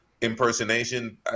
impersonation